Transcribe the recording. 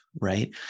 right